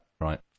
Right